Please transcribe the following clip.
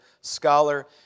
scholar